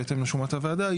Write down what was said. בהתאם לשומת הוועדה,